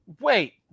Wait